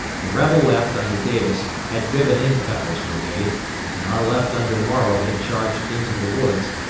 the rebel left under davis had driven in cutler's brigade and our left under morrow had charged into the woods,